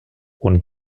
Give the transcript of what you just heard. und